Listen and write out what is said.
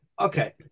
Okay